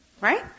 Right